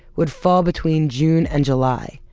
would fall between june and july.